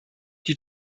die